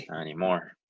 anymore